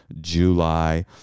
July